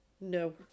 no